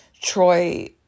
Troy